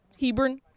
Hebron